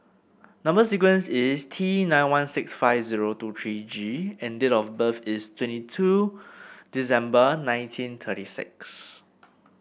number sequence is T nine one six five zero two three G and date of birth is twenty two December nineteen thirty six